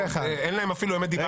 אין להם אפילו "אמת דיברתי".